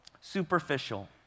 superficial